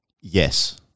Yes